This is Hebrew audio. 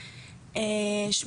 וכרגע,